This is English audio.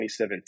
2017